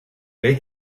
they